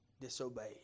disobeyed